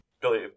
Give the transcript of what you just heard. Billy